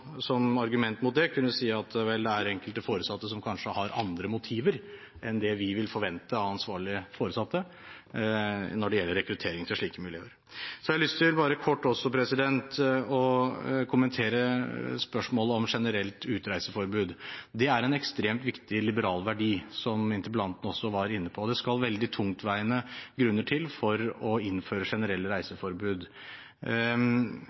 som argument mot det kunne si at det vel er enkelte foresatte som kanskje har andre motiver enn det vi vil forvente av ansvarlige foresatte når det gjelder rekruttering til slike miljøer. Så har jeg lyst til bare kort også å kommentere spørsmålet om generelt utreiseforbud. Det er en ekstremt viktig liberal verdi som interpellanten også var inne på. Det skal veldig tungtveiende grunner til for å innføre